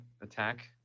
attack